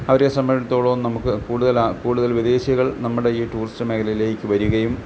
അവരെ സംബന്ധിച്ചിടത്തോളവും നമുക്ക് കൂടുതലാണ് കൂടുതൽ വിദേശികൾ നമ്മുടെ ഈ ടൂറിസ്റ്റ് മേഖലയിലേക്ക് വരികയും